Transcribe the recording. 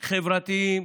חברתיים,